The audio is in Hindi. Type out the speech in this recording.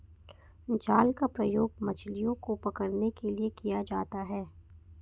जाल का प्रयोग मछलियो को पकड़ने के लिये किया जाता है